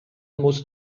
musst